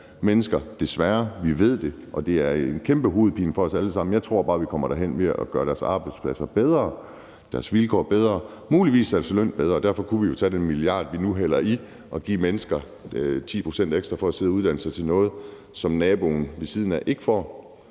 mennesker, desværre. Vi ved det, og det er en kæmpe hovedpine for os alle sammen. Jeg tror bare, at vi kommer derhen ved at gøre deres arbejdspladser bedre, deres vilkår bedre, muligvis deres løn bedre, og derfor kunne vi jo tage den milliard, vi nu hælder i at give mennesker 10 pct. ekstra for at sidde at uddanne sig til noget, som naboen ved siden af ikke får,